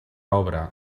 obra